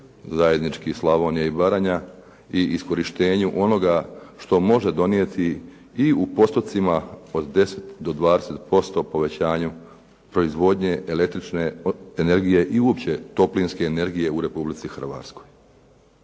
zajednički Slavonija i Baranja i iskorištenju onoga što može donijeti i u postocima od 10 do 20% povećanju proizvodnje električne energije i uopće toplinske energije u Republici Hrvatskoj.